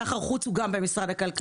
גם סחר חוץ במשרד הכלכלה.